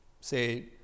say